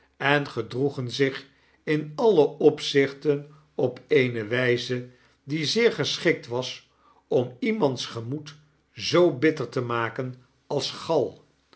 en gedroegen zich in alle opzichten op eene wijze die zeer geschikt was om iemands gemoed zoo bitter te maken als gal